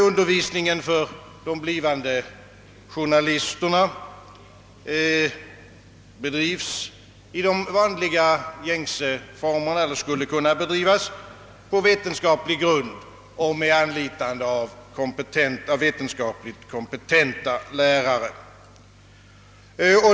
Undervisningen av de blivande journalisterna kan bedrivas på vetenskaplig grund och med anlitande av vetenskapligt kompetenta lärare.